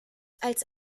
als